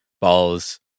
Ball's